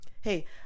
Hey